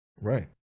Right